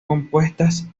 compuestas